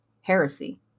Heresy